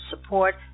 support